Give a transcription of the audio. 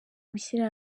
gushyira